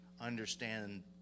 understand